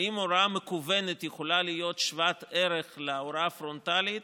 האם הוראה מקוונת יכולה להיות שוות ערך להוראה הפרונטלית?